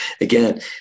again